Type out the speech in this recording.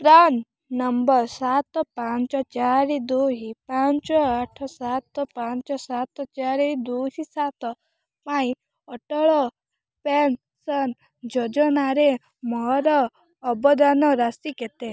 PRAN number ସାତ ପାଞ୍ଚ ଚାରି ଦୁଇ ପାଞ୍ଚ ଆଠ ସାତ ପାଞ୍ଚ ସାତ ଚାରି ଦୁଇ ସାତ ପାଇଁ ଅଟଳ ପେନ୍ସନ୍ ଯୋଜନାରେ ମୋର ଅବଦାନ ରାଶି କେତେ